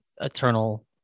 eternal